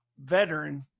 Veteran